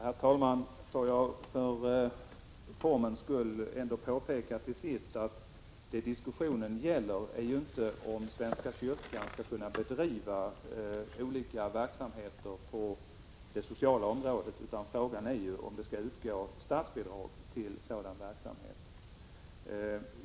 Herr talman! För formens skull vill jag till sist påpeka att vad diskussionen gäller är inte om svenska kyrkan skall kunna bedriva olika verksamheter på det sociala området, utan frågan är om det skall utgå statsbidrag till sådan verksamhet.